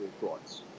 thoughts